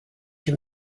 him